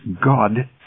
God